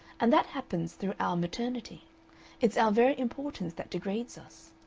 and that happens through our maternity it's our very importance that degrades us.